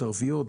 ערביות,